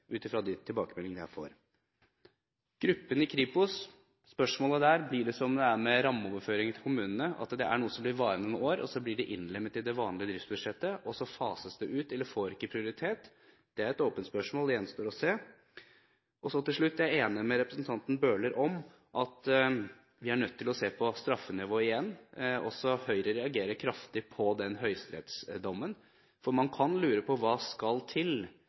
ut fra de tilbakemeldinger jeg får. Spørsmålet er om det med gruppen i Kripos blir som med rammeoverføringene til kommunene, at det er noe som vil vare noen år, for så å bli innlemmet i det vanlige driftsbudsjettet, og så faset ut eller ikke få prioritet. Det er et åpent spørsmål, det gjenstår å se. Til slutt: Jeg er enig med representanten Bøhler i at vi er nødt til å se på straffenivået igjen. Også Høyre reagerer kraftig på den høyesterettsdommen, for man kan lure på hva som skal til